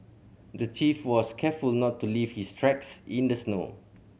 the thief was careful not to leave his tracks in the snow